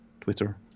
Twitter